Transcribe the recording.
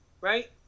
right